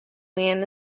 man